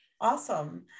Awesome